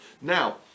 Now